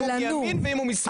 אם הוא מימין ואם הוא משמאל,